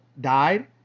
died